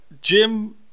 Jim